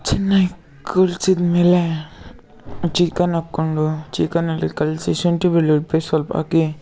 ಚೆನ್ನಾಗಿ ಕಲ್ಸಿದ ಮೇಲೆ ಚಿಕನ್ ಹಾಕ್ಕೊಂಡು ಚಿಕನಲ್ಲಿ ಕಲಿಸಿ ಶುಂಠಿ ಬೆಳ್ಳುಳ್ಳಿ ಪೇಸ್ಟ್ ಸ್ವಲ್ಪ ಹಾಕಿ